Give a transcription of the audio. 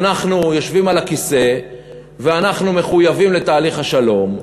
אנחנו יושבים על הכיסא ואנחנו מחויבים לתהליך השלום,